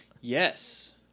Yes